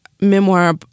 memoir